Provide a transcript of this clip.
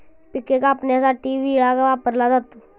पिके कापण्यासाठी विळा वापरला जातो